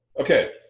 okay